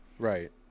Right